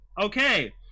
Okay